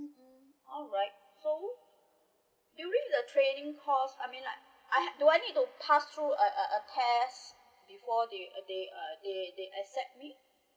alright so during the training course I mean like do I need to pass through a a a test before they they uh they they accept me